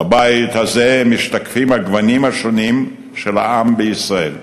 בבית הזה משתקפים הגוונים השונים של העם בישראל.